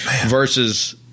versus